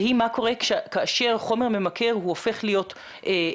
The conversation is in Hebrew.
והיא מה קורה כאשר חומר ממכר הופך להיות חוקי,